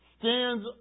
stands